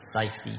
safety